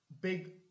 big